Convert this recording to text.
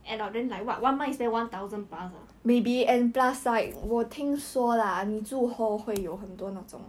add up then like [what] one month you spend one thousand plus ah